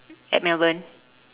at melbourne